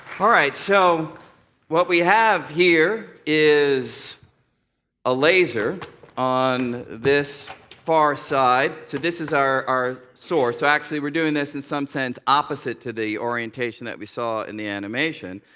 alright, so what we have here is a laser on this far side. so this is our our source. so actually we're doing this in some sense opposite to the orientation that we saw in the animation.